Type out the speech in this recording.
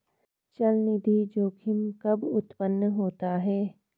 चलनिधि जोखिम कब उत्पन्न होता है?